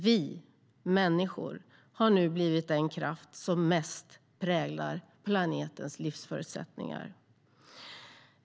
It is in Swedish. Vi människor har nu blivit den kraft som mest präglar planetens livsförutsättningar.